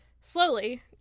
Slowly